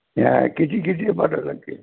हा किती किती पाठवावे लागतील